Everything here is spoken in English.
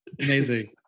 Amazing